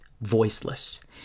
voiceless